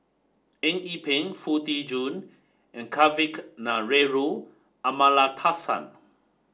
eng Yee Peng Foo Tee Jun and Kavignareru Amallathasan